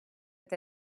with